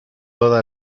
toda